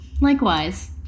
Likewise